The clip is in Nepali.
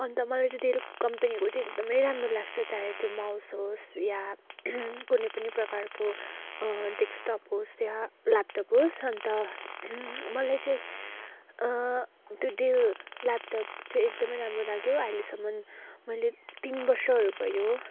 अन्त मलाई चाहिँ डेल कम्पनीको चाहिँ एकदमै राम्रो लाग्छ चाहे त्यो माउस होस् या कुनै पनि प्रकारको डेक्सटप होस् या ल्यापटप होस् अन्त मलाई चाहिँ त्यो डेल ल्यापटप चाहिँ एकदमै राम्रो लाग्यो आहिलेसम्म मैले तिन बर्षहरू भयो